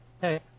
hey